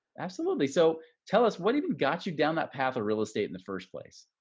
absolutely! so tell us what even got you down that path of real estate in the first place?